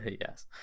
Yes